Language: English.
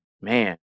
man